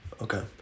Okay